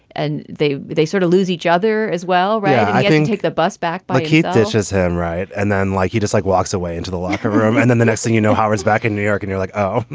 and they they sort of lose each other as well. i couldn't take the bus back by keith this is him, right? and then, like, he just like, walks away into the locker room. and then the next thing you know, howard's back in new york and you're like, oh,